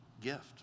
gift